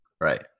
Right